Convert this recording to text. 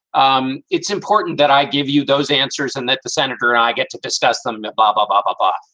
um it's important that i give you those answers and that the senator and i get to discuss them nabob ah up, up, up, up,